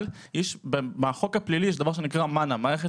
אבל בחוק הפלילי יש מה שנקרא מנ"ע מערכת